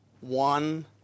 one